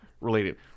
related